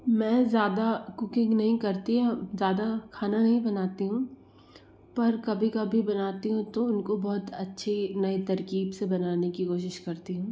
मैं ज़्यादा कुकिंग नहीं करती ज़्यादा खाना नही बनाती हूँ पर कभी कभी बनाती हूँ तो उनको बहुत अच्छे नए तरकीब से बनाने की कोशिश करती हूँ